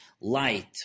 light